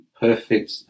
Perfect